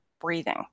breathing